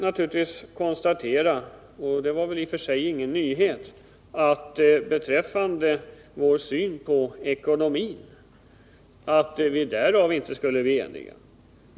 Jag vill sedan konstatera — och det var väl i och för sig ingenting nytt — att vi inte kan bli eniga i vår syn på ekonomin.